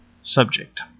subject